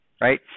right